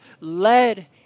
led